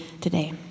today